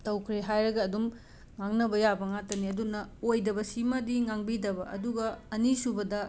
ꯇꯧꯈ꯭ꯔꯦ ꯍꯥꯏꯔꯒ ꯑꯗꯨꯝ ꯉꯥꯡꯅꯕ ꯌꯥꯕ ꯉꯥꯛꯇꯅꯦ ꯑꯗꯨꯅ ꯑꯣꯏꯗꯕꯁꯤꯃꯗꯤ ꯉꯥꯡꯕꯤꯗꯕ ꯑꯗꯨꯒ ꯑꯅꯤꯁꯨꯕꯗ